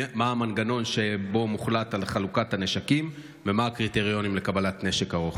מה המנגנון שבו מוחלט על חלוקת הנשקים ומהם הקריטריונים לקבלת נשק ארוך?